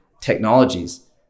technologies